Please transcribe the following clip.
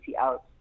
out